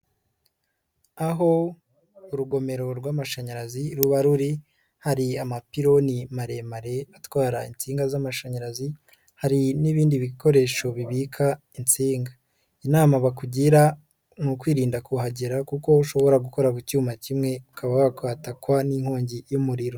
Aho urugomero rw'amashanyarazi ruba ruri hari amapiloni maremare atwara insinga z'amashanyarazi hari n'ibindi bikoresho bibika insinga, inama bakugira ni ukwirinda kuhagera kuko ushobora gukora ku cyuma kimwe ukaba wakatakwa n'inkongi y'umuriro.